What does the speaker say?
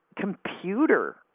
computer